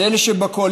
אז אלה שבקואליציה,